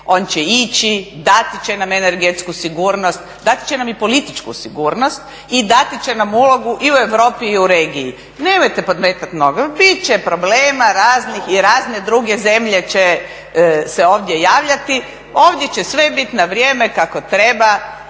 on će ići, dati će nam energetsku sigurnost, dati će nam i političku sigurnost i dati će nam ulogu i u Europi i u regiji. Nemojte podmetat nogu. Bit će problema raznih i razne druge zemlje će se ovdje javljati. Ovdje će sve bit na vrijeme, kako treba